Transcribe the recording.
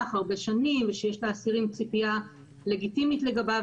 הרבה שנים ושיש לאסירים ציפייה לגיטימית לגביו,